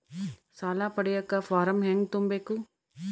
ಸಾಲ ಪಡಿಯಕ ಫಾರಂ ಹೆಂಗ ತುಂಬಬೇಕು?